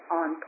on